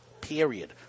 Period